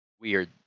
weird